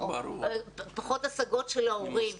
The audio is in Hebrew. פחות השגות של ההורים.